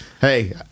hey